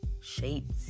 shapes